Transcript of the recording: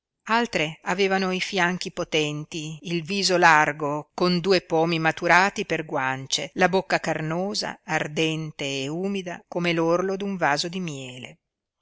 altre avevano i fianchi potenti il viso largo con due pomi maturati per guance la bocca carnosa ardente e umida come l'orlo d'un vaso di miele